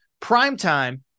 primetime